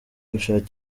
gushaka